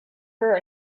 her